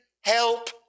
help